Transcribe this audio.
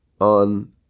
on